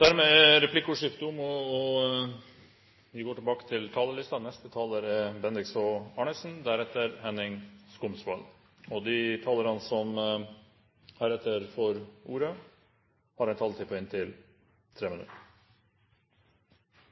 Dermed er replikkordskiftet omme. De talere som heretter får ordet, har en taletid på inntil